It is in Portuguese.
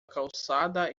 calçada